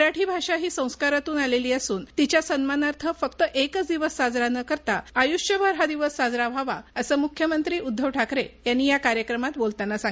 मराठी भाषा ही संस्करातून आलेली असून तिच्या सन्मानार्थ फक्त एकच दिवस साजरा न करता आय्ष्यभर हा दिवस साजरा व्हावा असं मुख्यमंत्री उद्दव ठाकरे यांनी या कार्यक्रमात बोलताना सांगितलं